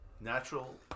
Natural